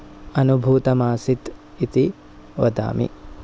अनुभूतम् आसीत् इति वदामि